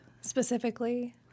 specifically